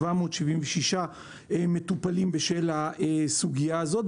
776 מטופלים בשל כך.